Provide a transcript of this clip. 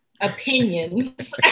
opinions